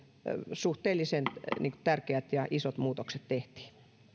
suhteellisen tärkeät ja isot muutokset tehtiin